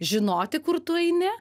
žinoti kur tu eini